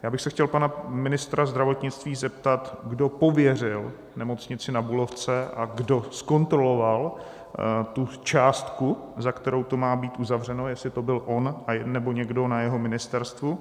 Já bych se chtěl pana ministra zdravotnictví zeptat, kdo pověřil Nemocnici Na Bulovce a kdo zkontroloval tu částku, za kterou to má být uzavřeno, jestli to byl on, anebo někdo na jeho ministerstvu.